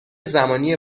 زمانی